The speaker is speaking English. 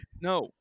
No